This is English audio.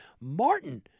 Martin